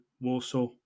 Warsaw